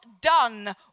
done